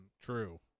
True